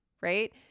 Right